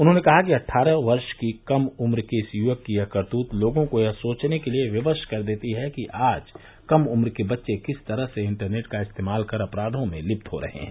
उन्होंने कहा कि अट्टारह वर्ष की उम्र के इस युवक की यह करतूत लोगों को यह सोचने के लिए विवश कर देती हैं कि आज कम उम्र के बच्चे किस तरह से इंटरनेट का इस्तेमाल कर अपराधों में लिप्त हो रहे हैं